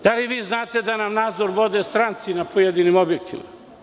Da li vi znate da nam nadzor vode stranci na pojedinim objektima?